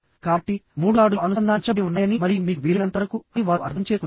కాబట్టి మూడు తాడులు అనుసంధానించబడి ఉన్నాయని మరియు మీకు వీలైనంత వరకు అని వారు అర్థం చేసుకున్నారు